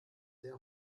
sehr